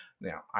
Now